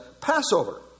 Passover